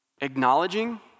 acknowledging